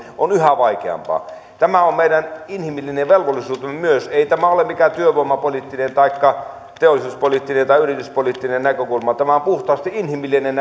elämään on yhä vaikeampaa tämä on meidän inhimillinen velvollisuutemme myös ei tämä ole mikään työvoimapoliittinen taikka teollisuuspoliittinen tai yrityspoliittinen näkökulma tämä on puhtaasti inhimillinen